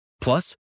Plus